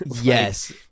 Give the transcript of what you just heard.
Yes